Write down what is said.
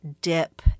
dip